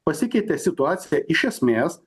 pasikeitė situacija iš esmės